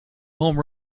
home